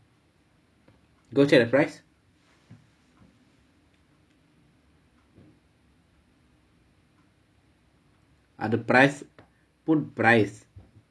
go check the price ah the price put price